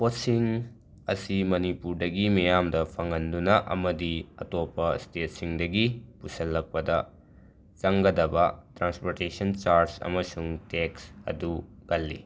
ꯄꯣꯠꯁꯤꯡ ꯑꯁꯤ ꯃꯅꯤꯄꯨꯔꯗꯒꯤ ꯃꯤꯌꯥꯝꯗ ꯐꯪꯍꯟꯗꯨꯅ ꯑꯃꯗꯤ ꯑꯇꯣꯞꯄ ꯁ꯭ꯇꯦꯠꯁꯤꯡꯗꯒꯤ ꯄꯨꯁꯜꯂꯛꯄꯗ ꯆꯪꯒꯗꯕ ꯇ꯭ꯔꯥꯟꯁꯄꯣꯇꯦꯁꯟ ꯆꯥꯔꯁ ꯑꯃꯁꯨꯡ ꯇꯦꯛꯁ ꯑꯗꯨ ꯀꯜꯂꯤ